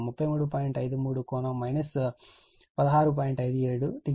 57o ఇది ఒకటి